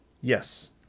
Yes